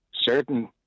certain